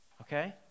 Okay